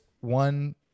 one